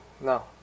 no